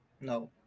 No